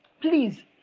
please